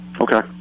Okay